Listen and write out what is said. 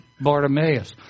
Bartimaeus